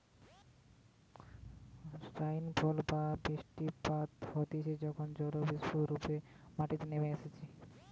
rainfall বা বৃষ্টিপাত হতিছে যখন জলীয়বাষ্প রূপে মাটিতে নেমে আইসে